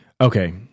okay